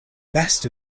best